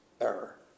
error